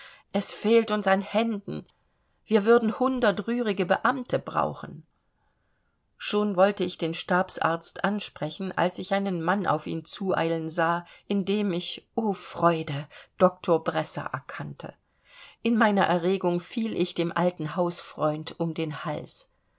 es fehlt uns an händen wir würden hundert rührige beamte brauchen schon wollte ich den stabsarzt ansprechen als ich einen mann auf ihn zueilen sah in dem ich o freude doktor bresser erkannte in meiner erregung fiel ich dem alten hausfreund um den hals